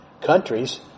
countries